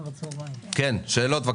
שאלות.